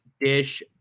Dish